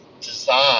design